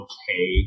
Okay